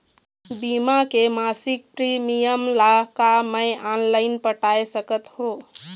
बीमा के मासिक प्रीमियम ला का मैं ऑनलाइन पटाए सकत हो?